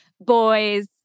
boys